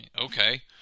okay